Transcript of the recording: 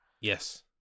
Yes